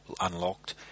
unlocked